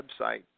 website